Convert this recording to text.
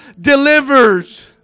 delivers